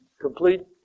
complete